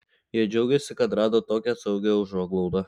jie džiaugiasi kad rado tokią saugią užuoglaudą